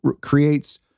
creates